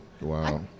Wow